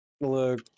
Look